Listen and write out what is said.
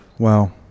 Wow